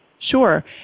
Sure